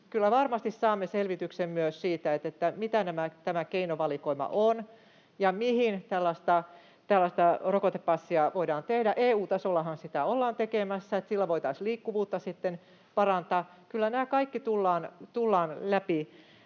varmasti saamme selvityksen myös siitä, mikä tämä keinovalikoima on ja mihin tällaista rokotepassia voidaan tehdä. EU-tasollahan sitä ollaan tekemässä, niin että sillä voitaisiin liikkuvuutta sitten parantaa. Kyllä nämä kaikki tullaan